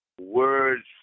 Words